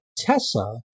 Tessa